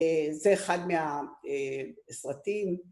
‫זה אחד מהסרטים.